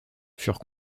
furent